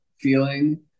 feeling